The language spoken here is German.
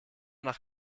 nach